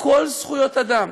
הכול זכויות אדם,